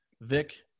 Vic